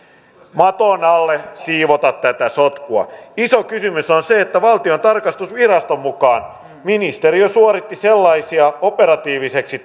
maton alle siivota tätä sotkua iso kysymys on se että valtion tarkastusviraston mukaan ministeriö suoritti sellaisia operatiivisiksi